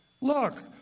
Look